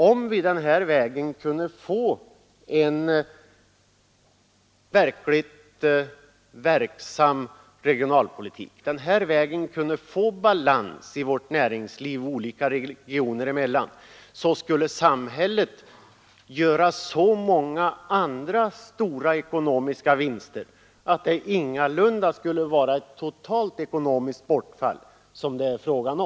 Om vi den här vägen kunde få en verksam regionalpolitik och balans i vårt näringsliv olika regioner emellan, skulle samhället göra så många andra stora ekonomiska vinster att det ingalunda skulle vara fråga om ett totalt ekonomiskt bortfall.